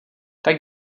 tak